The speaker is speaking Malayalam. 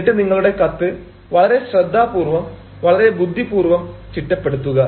എന്നിട്ട് നിങ്ങളുടെ കത്ത് വളരെ ശ്രദ്ധാപൂർവ്വം വളരെ ബുദ്ധിപൂർവ്വം ചിട്ടപ്പെടുത്തുക